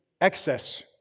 excess